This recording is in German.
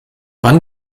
wann